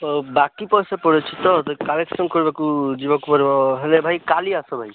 ତ ବାକି ପଇସା ପଡ଼ିଛି ତ କଲେକ୍ସନ୍ କରିବାକୁ ଯିବାକୁ ପଡ଼ିବ ହେଲେ ଭାଇ କାଲି ଆସ ଭାଇ